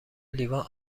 لیوان